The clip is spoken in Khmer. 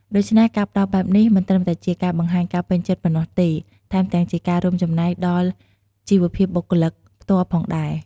ដូច្នេះ ការផ្ដល់បែបនេះ មិនត្រឹមតែជាការបង្ហាញការពេញចិត្តប៉ុណ្ណោះទេ ថែមទាំងជាការរួមចំណែកដល់ជីវភាពបុគ្គលិកផ្ទាល់ផងដែរ។